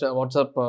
Whatsapp